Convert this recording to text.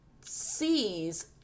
sees